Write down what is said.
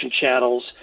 channels